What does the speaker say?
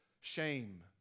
shame